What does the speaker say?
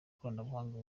koranabuhanga